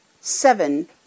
seven